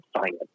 science